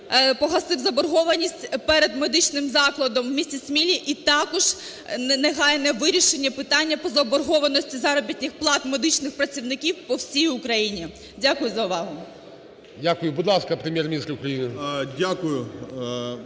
погасив заборгованість перед медичним закладом в місті Смілі, і також негайно вирішив питання по заборгованості заробітних плат медичних працівників по всій Україні. Дякую за увагу. ГОЛОВУЮЧИЙ. Дякую. Будь ласка, Прем'єр-міністр України.